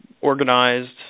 organized